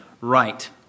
right